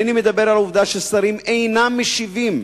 אינני מדבר על העובדה ששרים אינם משיבים